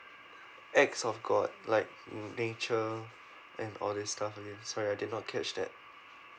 acts of god like mm nature and all these stuff sorry I did not catch that